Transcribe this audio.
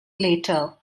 later